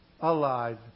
alive